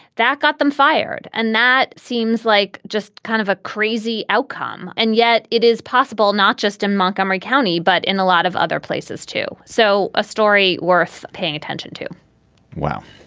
that got them fired. and that seems like just kind of a crazy outcome. and yet it is possible not just in montgomery county, but in a lot of other places, too. so a story worth paying attention to wow.